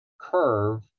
curve